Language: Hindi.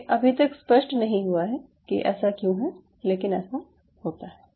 ये अभी तक स्पष्ट नहीं हुआ है कि ऐसा क्यों है लेकिन ऐसा होता है